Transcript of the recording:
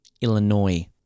Illinois